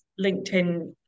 LinkedIn